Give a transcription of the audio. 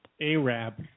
Arab